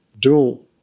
dual